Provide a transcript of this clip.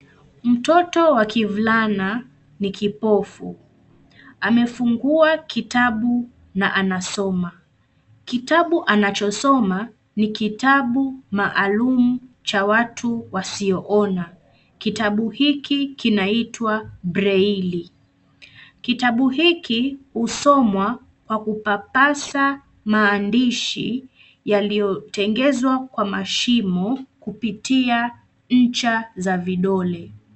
Mtoto wa kivulana ni kipofu. Amefungua kitabu na anasoma. Kitabu anachosoma ni kitabu maalum cha wasioona. Kitabu hiki kinaitwa breili. Kitabu hiki husomwa kwa kupapasa maandishi yaliyotengezwa kwa mashimo kupitia ncha za vidole.